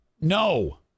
no